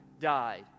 died